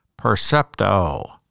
Percepto